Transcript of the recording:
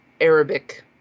Arabic